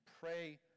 pray